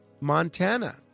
Montana